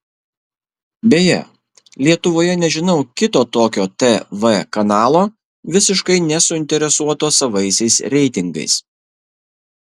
beje lietuvoje nežinau kito tokio tv kanalo visiškai nesuinteresuoto savaisiais reitingais